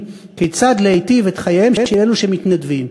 כיצד להיטיב את חייהם של אלו שמתנדבים.